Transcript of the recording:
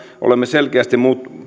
olemme selkeästi